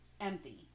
empty